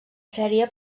sèrie